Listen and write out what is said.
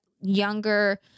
younger